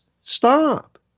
Stop